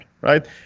right